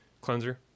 Cleanser